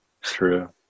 true